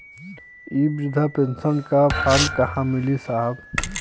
इ बृधा पेनसन का फर्म कहाँ मिली साहब?